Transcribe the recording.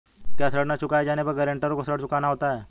क्या ऋण न चुकाए जाने पर गरेंटर को ऋण चुकाना होता है?